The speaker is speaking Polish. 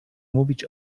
mówić